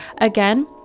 Again